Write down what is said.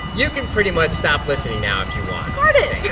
you can pretty much stop listening now if you want cardiff